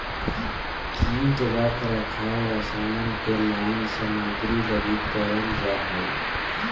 कीट रख रखाव रसायन के लाइन सामग्री लगी करल जा हइ